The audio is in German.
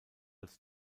als